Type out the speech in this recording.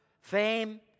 fame